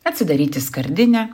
atsidaryti skardinę